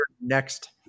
next